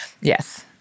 Yes